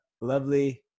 lovely